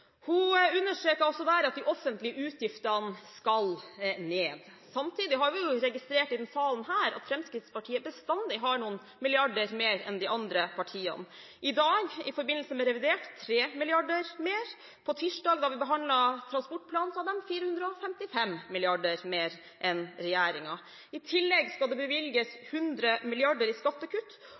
hun understreket at de offentlige utgiftene skal ned. Vi har i denne salen registrert at Fremskrittspartiet bestandig har noen milliarder mer enn de andre partiene. I dag – i forbindelse med revidert – har de 3 mrd. kr mer, på tirsdag, da vi behandlet transportplanen, hadde de 455 mrd. kr mer enn regjeringen. I tillegg skal det bevilges 100 mrd. kr i skattekutt.